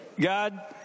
God